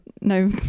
no